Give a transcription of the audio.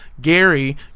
Gary